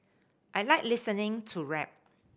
I like listening to rap